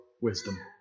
wisdom